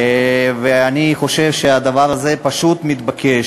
ואני חושב שהדבר הזה פשוט מתבקש.